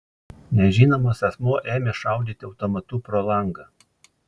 nežinomas asmuo ėmė šaudyti automatu pro langą